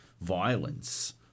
violence